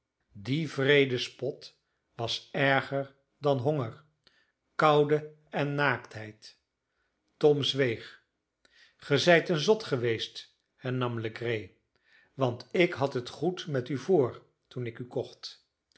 die wreede spot was erger dan honger koude en naaktheid tom zweeg ge zijt een zot geweest hernam legree want ik had het goed met u voor toen ik